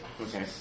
Okay